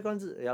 orh